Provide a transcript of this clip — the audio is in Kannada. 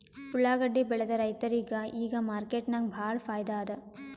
ಉಳ್ಳಾಗಡ್ಡಿ ಬೆಳದ ರೈತರಿಗ ಈಗ ಮಾರ್ಕೆಟ್ನಾಗ್ ಭಾಳ್ ಫೈದಾ ಅದಾ